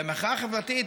והמחאה החברתית,